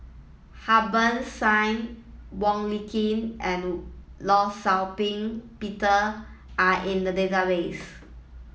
Harbans Singh Wong Lin Ken and Law Shau Ping Peter are in the database